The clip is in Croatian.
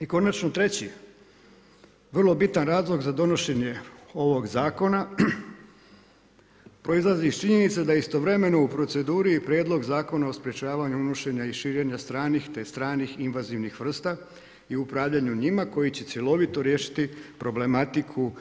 I konačno treći vrlo bitan razlog za donošenje ovog zakona proizlazi iz činjenice da istovremeno je u proceduri prijedlog Zakona o sprečavanju unošenja i širenja stranih te stranih i invazivnih vrsta i upravljanju njima koji će cjelovito riješiti problematiku